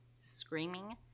screaming